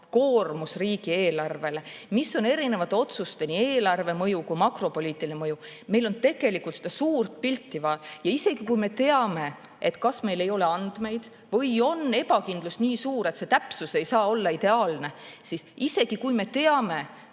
koormus riigieelarvele ning milline on erinevate otsuste nii eelarveline mõju kui ka makropoliitiline mõju. Meil on tegelikult seda suurt pilti vaja. Isegi kui me teame, et meil ei ole andmeid või on ebakindlus nii suur, et täpsus ei saa olla ideaalne, isegi kui me teame,